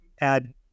add